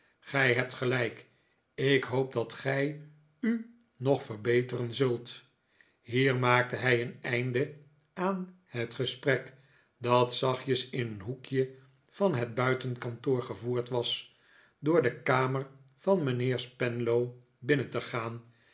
gij hebt gelijk ik hoop dat gij u nog verbeteren zult hier maakte hij een einde aan het gesprek dat zachtjes in een hoekje van het buitenkantpor gevoerd was door de kamer van mijnheer spenlow binnen te gaan